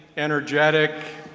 energetic,